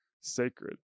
sacred